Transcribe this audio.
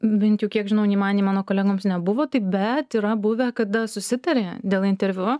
bent jau kiek žinau nei man į mano kolegoms nebuvo taip bet yra buvę kada susitarė dėl interviu